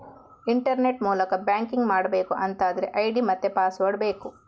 internet ಮೂಲಕ banking ಮಾಡ್ಬೇಕು ಅಂತಾದ್ರೆ ಐಡಿ ಮತ್ತೆ ಪಾಸ್ವರ್ಡ್ ಬೇಕು